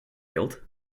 guilt